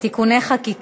זה אותו אחוז מע"מ,